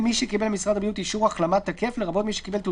מי שקיבל ממשרד הבריאות אישור החלמה תקף,